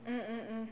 mm mm mm